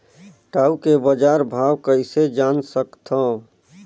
टाऊ के बजार भाव कइसे जान सकथव?